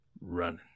running